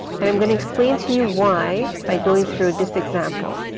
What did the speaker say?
and i'm going to explain to you why by going through this example.